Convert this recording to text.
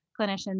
clinicians